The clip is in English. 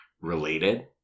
related